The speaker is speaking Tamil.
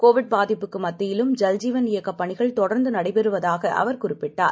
கோவிட்பாதிப்புக்குமத்தியிலும்ஜல்ஜீவன்இயக்கப்பணிகள்தொடர்ந்துநடை பெறுவதாகஅவர்குறிப்பிட்டார்